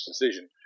decision